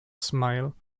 smile